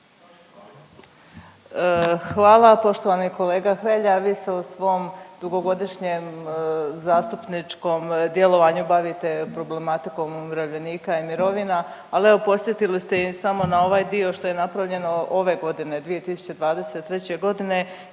Hvala. Poštovani kolega Hrelja. Vi se u svom dugogodišnjem zastupničkom djelovanju bavite problematikom umirovljenika i mirovina, ali evo, podsjetili ste i samo na ovaj dio što je napravljeno ove godine, 2023. g.